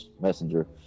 messenger